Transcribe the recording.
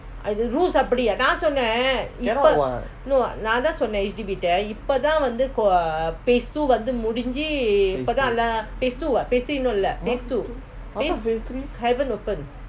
cannot what phase two I thought is phase three